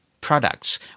products